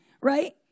Right